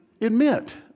admit